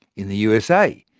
in the usa,